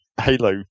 Halo